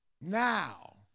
Now